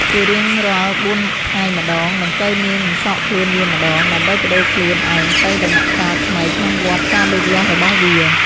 ជារៀងរាល់បួនថ្ងៃម្តង ដង្កូវនាងនឹងសកខ្លួនវាម្ដង ដើម្បីប្ដូរខ្លួនឯងទៅដំណាក់កាលថ្មីក្នុងវដ្តការលូតលាស់របស់វា។